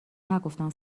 نگفتن